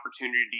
opportunity